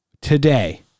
Today